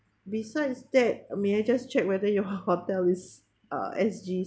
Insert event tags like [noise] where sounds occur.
besides that uh may I just check whether your [laughs] hotel is uh S_G